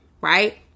Right